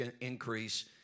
increase